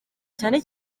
cyane